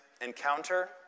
encounter